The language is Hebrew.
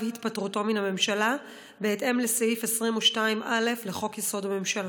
התפטרותו מן הממשלה בהתאם לסעיף 22(א) לחוק-יסוד: הממשלה.